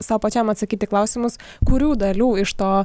sau pačiam atsakyt į klausimus kurių dalių iš to